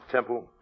Temple